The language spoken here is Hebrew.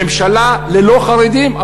ממשלה ללא חרדים,